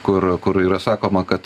kur kur yra sakoma kad